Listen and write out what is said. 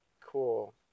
cool